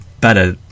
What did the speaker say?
better